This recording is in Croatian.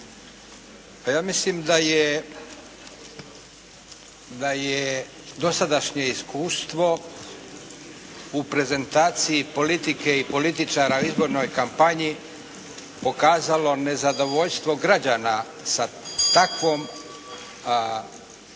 da je, da je dosadašnje iskustvo u prezentaciji politike i političara u izbornoj kampanji pokazalo nezadovoljstvo građana sa takvom